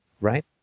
right